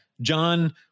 John